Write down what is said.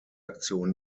aktion